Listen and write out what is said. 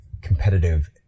competitive